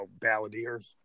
balladeers